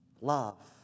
love